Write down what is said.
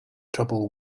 trouble